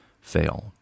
fail